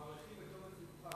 אנחנו מעריכים את אומץ לבך.